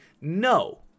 no